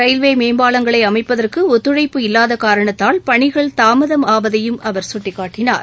railway மேம்பாலங்களை அமைப்பதற்கு ஒத்துழைப்பு இல்லாத காரணத்தால் பணிகள் தாமதம் ஆவதையும் அவர் சுட்டிக்காட்டினார்